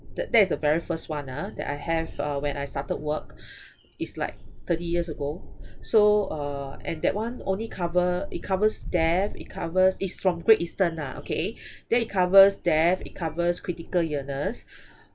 that that is the very first one ah that I have uh when I started work it's like thirty years ago so uh and that one only cover it covers death it covers it's from great eastern lah okay then it covers death it covers critical illness